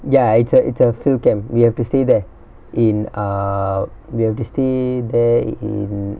ya it's a it's a field camp we have to stay there in uh we have to stay there in